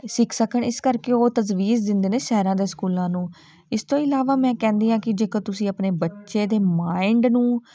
ਸਿੱਖ ਸਕਣ ਇਸ ਕਰਕੇ ਉਹ ਤਜਵੀਜ਼ ਦਿੰਦੇ ਨੇ ਸ਼ਹਿਰਾਂ ਦੇ ਸਕੂਲਾਂ ਨੂੰ ਇਸ ਤੋਂ ਇਲਾਵਾ ਮੈਂ ਕਹਿੰਦੀ ਹਾਂ ਕਿ ਜੇਕਰ ਤੁਸੀਂ ਆਪਣੇ ਬੱਚੇ ਦੇ ਮਾਇੰਡ ਨੂੰ